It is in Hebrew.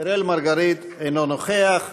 אינו נוכח,